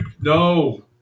no